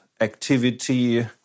activity